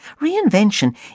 Reinvention